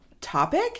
topic